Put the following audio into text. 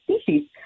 species